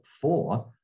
four